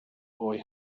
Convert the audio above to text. boy